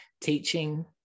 teaching